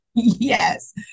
Yes